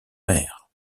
mère